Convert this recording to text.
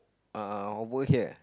uh over here